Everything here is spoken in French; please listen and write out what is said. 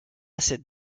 cette